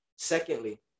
Secondly